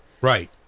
right